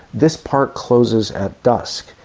this park closes at dusk.